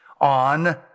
on